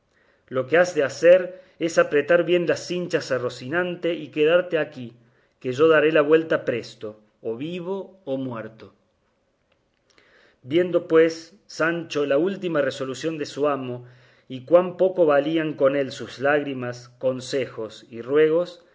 lo que has de hacer es apretar bien las cinchas a rocinante y quedarte aquí que yo daré la vuelta presto o vivo o muerto viendo pues sancho la última resolución de su amo y cuán poco valían con él sus lágrimas consejos y ruegos